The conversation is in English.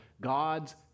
God's